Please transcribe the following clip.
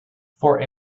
for